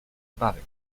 above